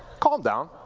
calm down.